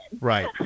Right